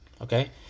Okay